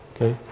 Okay